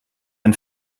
ein